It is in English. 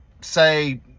say